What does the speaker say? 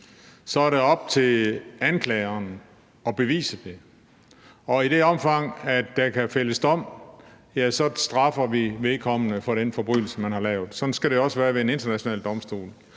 er det op til anklageren at bevise det, og i det omfang, at der kan fældes dom, straffer vi vedkommende for den forbrydelse, man har lavet. Sådan skal det også være ved en international domstol.